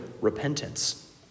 repentance